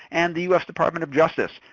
and the us department of justice.